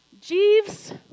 Jeeves